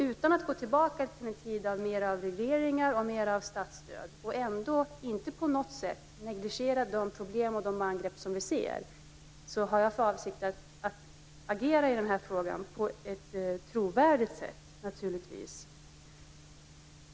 Utan att gå tillbaka till en tid av mer regleringar och statsstöd, men ändå utan att på något sätt negligera de problem och de angrepp som vi ser, har jag naturligtvis för avsikt att agera i den här frågan på ett trovärdigt sätt.